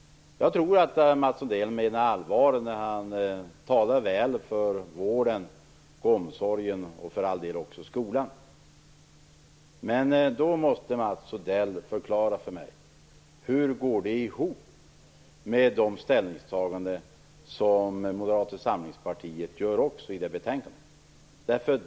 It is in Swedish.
Jag tror att Mats Odell menar allvar när han talar väl för vården, omsorgen och för all del också skolan. Men då måste Mats Odell förklara för mig hur det går ihop med de ställningstaganden som Moderata samlingspartiet gör i betänkandet.